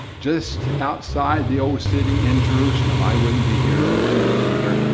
just outside the old city in jerusalem, i wouldn't be here, you wouldn't be either.